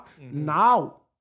now